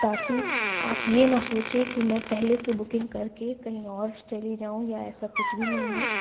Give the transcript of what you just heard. تاکہ آپ یہ نہ سوچیں کہ میں پہلے سے بکنگ کرکے کہیں اور چلی جاؤں یا ایسا کچھ بھی نہیں ہے